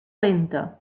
lenta